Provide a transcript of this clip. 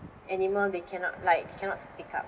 animal they cannot like they cannot speak up